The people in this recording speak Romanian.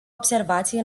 observații